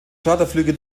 charterflüge